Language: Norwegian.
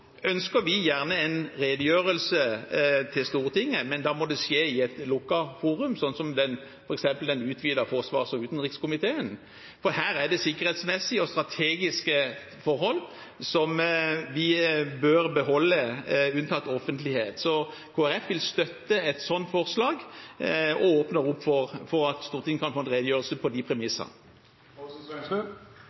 ønsker vi gjerne en redegjørelse for Stortinget, men da må det skje i et lukket forum, sånn som f.eks. den utvidede utenriks- og forsvarskomiteen, for her er det sikkerhetsmessige og strategiske forhold som vi bør beholde unntatt offentlighet. Så Kristelig Folkeparti vil støtte et sånt forslag og åpner opp for at Stortinget kan få en redegjørelse på de